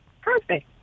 Perfect